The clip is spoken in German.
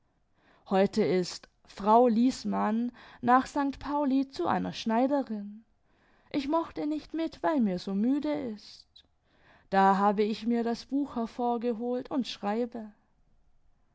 heute ist frau liesmann nach st pauli zu einer schneiderin ich mochte nicht mit weil mir so müde ist da habe ich mir das buch hervorgeholt und schreibe